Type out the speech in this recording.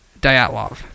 Dyatlov